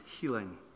healing